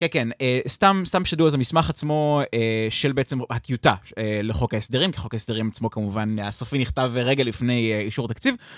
כן, כן, סתם שתדעו אז המסמך עצמו של בעצם הטיוטה לחוק ההסדרים, כי חוק ההסדרים עצמו כמובן, הסופי נכתב רגע לפני אישור התקציב.